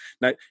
Now